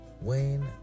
Wayne